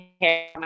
hair